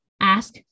ask